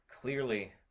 clearly